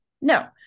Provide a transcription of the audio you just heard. No